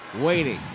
waiting